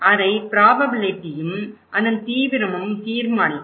அதை ப்ராபபிலிட்டியும் அதன் தீவிரமும் தீர்மானிக்கும்